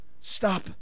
Stop